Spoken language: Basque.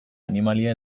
animalia